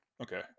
okay